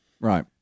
right